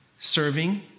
Serving